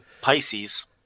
Pisces